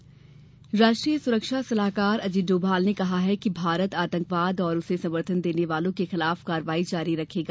डोभाल राष्ट्रीय सुरक्षा सलाहकार अजीत डोभाल ने कहा है कि भारत आतंकवाद और उसे समर्थन देने वालों के खिलाफ कार्रवाई जारी रखेगा